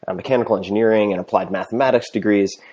and mechanical engineering and applied mathematics degrees.